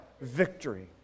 victory